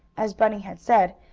as bunny had said,